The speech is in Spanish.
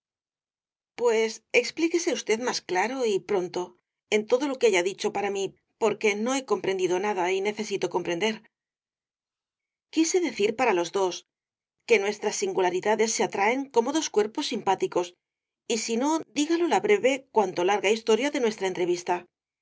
pues expliqúese usted más claro y pronto en todo lo que haya dicho para mí porque no he comprendido nada y necesito comprender quise decir para los dos que nuestras singularidades se atraen como dos cuerpos simpáticos y si no dígalo la breve cuanto larga historia de nuestra entrevista